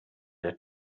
der